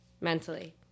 mentally